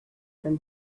from